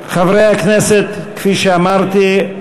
חברי הכנסת, כפי שאמרתי,